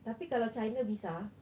tapi kalau china visa ah